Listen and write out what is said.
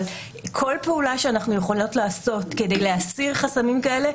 אבל כל פעולה שאנחנו יכולות לעשות כדי להסיר חסמים כאלה,